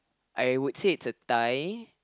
I would say it's a tie